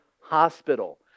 hospital